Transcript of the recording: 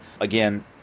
Again